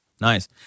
Nice